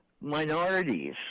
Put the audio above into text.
minorities